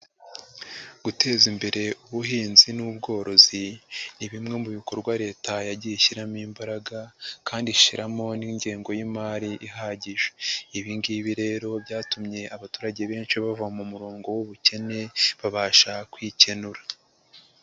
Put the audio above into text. Guteza imbere ubuhinzi n'ubworozi ni bimwe mu bikorwa leta yagiye ishyiramo imbaraga kandi ishiramo n'ingengo y'imari ihagije, ibingibi rero byatumye abaturage benshi bava mu murongo w'ubukene babasha kwikenura.